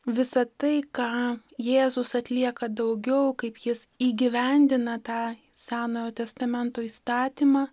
visa tai ką jėzus atlieka daugiau kaip jis įgyvendina tą senojo testamento įstatymą